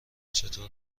چطور